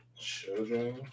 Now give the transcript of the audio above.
children